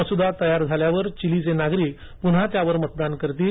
मसुदा तयार झाल्यावर चिलीचे नागरिक पुन्हा त्यावर मतदान करतील